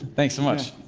thanks so much.